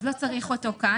אם כן, לא צריך את זה כאן.